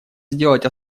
сделать